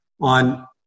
on